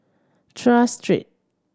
Tras Street